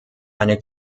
eine